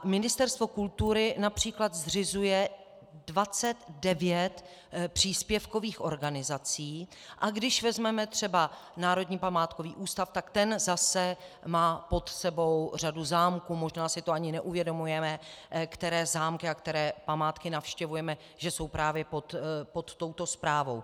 Ministerstvo kultury například zřizuje 29 příspěvkových organizací, a když vezmeme třeba Národní památkový ústav, tak ten zase má pod sebou řadu zámků, možná si to ani neuvědomujeme, které zámky a které památky navštěvujeme, že jsou právě pod touto správou.